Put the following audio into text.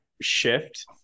shift